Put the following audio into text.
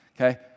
Okay